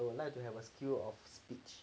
I would like to have a skill of speech